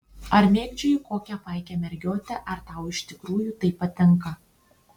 ar mėgdžioji kokią paiką mergiotę ar tau iš tikrųjų tai patinka